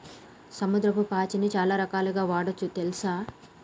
సముద్రపు పాచిని చాలా రకాలుగ వాడొచ్చు తెల్సా